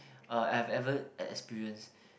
uh I have ever experience